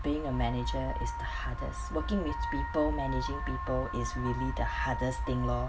being a manager is the hardest working with people managing people is really the hardest thing lor